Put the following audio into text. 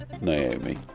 Naomi